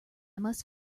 must